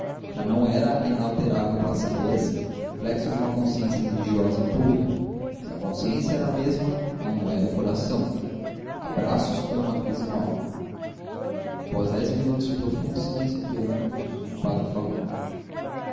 já não era a inalterável placidez reflexo de uma consciência religiosa e pura se a consciência era a mesma não o era o coração a braços com uma crise nova após dez minutos de profundo silêncio entre ambos o padre falou